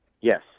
Yes